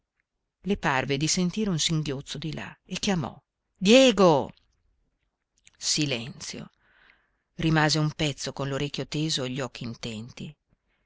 le parve di sentire un singhiozzo di là e chiamò diego silenzio rimase un pezzo con l'orecchio teso e gli occhi intenti